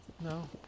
No